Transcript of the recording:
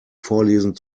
vorlesen